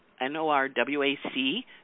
N-O-R-W-A-C